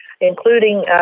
including